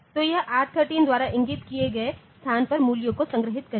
तो यह R13 द्वारा इंगित किए गए स्थान पर मूल्यों को संग्रहीत करेगा